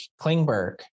Klingberg